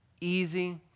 easy